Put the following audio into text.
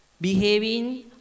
behaving